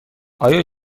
آیا